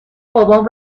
بابام